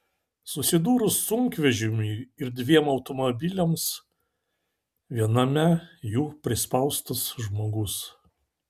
susidūrus sunkvežimiui ir dviem automobiliams viename jų prispaustas žmogus